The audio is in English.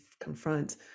confront